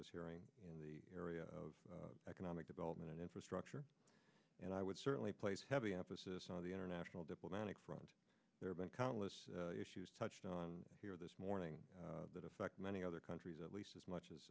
this hearing in the area of economic development and infrastructure and i would certainly place heavy emphasis on the international diplomatic front there's been countless issues touched on here this morning that affect many other countries at least as much as